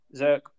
Zerk